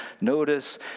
notice